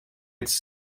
its